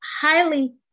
highly